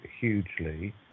hugely